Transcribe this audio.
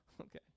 Okay